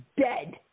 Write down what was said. dead